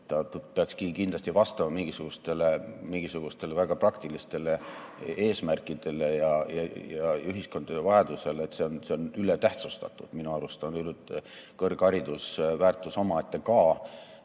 peaks kindlasti vastama mingisugustele väga praktilistele eesmärkidele ja ühiskonna vajadustele. See on ületähtsustatud. Minu arust on kõrgharidus ka väärtus omaette ja